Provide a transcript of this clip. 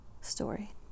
story